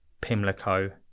pimlico